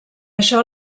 això